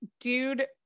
Dude